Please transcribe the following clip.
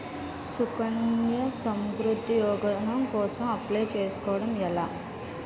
సుకన్య సమృద్ధి యోజన కోసం అప్లయ్ చేసుకోవడం ఎలా?